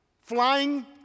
Flying